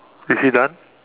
is she done